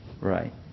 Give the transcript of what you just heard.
Right